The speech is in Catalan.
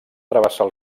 travessar